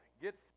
get